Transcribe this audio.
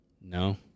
No